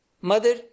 Mother